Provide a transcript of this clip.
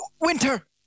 Winter